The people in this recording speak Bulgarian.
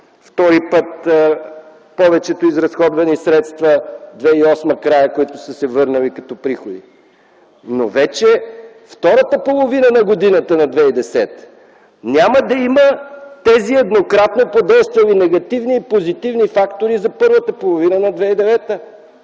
втори път – повечето изразходвани средства в края на 2008 г., които са се върнали като приходи. Но вече е втората половина на годината на 2010 г. – няма да има тези еднократно подействали негативни и позитивни фактори за първата половина на 2009 г.